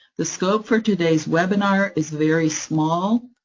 the scope for today's webinar is very small,